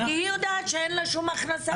כי הן יודעות שאין לה שום הכנסה אחרת.